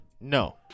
No